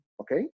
okay